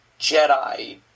Jedi